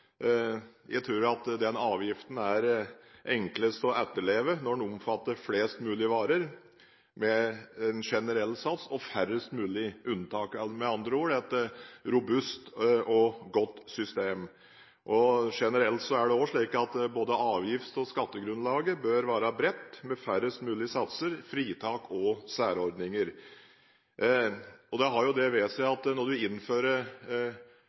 jeg tror at den avgiften er enklest å etterleve når den omfatter flest mulig varer med en generell sats og færrest mulig unntak, eller med andre ord: et robust og godt system. Generelt er det også slik at både avgifts- og skattegrunnlaget bør være bredt, med færrest mulig satser, fritak og særordninger. Det har jo det ved seg at når man innfører